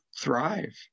thrive